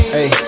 Hey